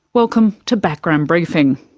welcome to background briefing.